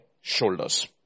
shoulders